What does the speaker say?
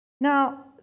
Now